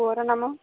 ପୁଅର ନାମ